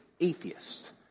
Atheists